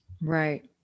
Right